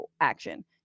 action